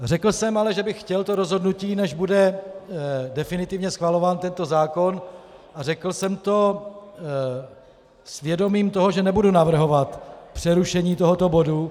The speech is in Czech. Řekl jsem ale, že bych chtěl to rozhodnutí, než bude definitivně schvalován tento zákon, a řekl jsem to s vědomím toho, že nebudu navrhovat přerušení tohoto bodu.